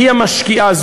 היא המשקיעה,